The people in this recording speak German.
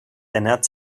ernährt